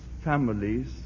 families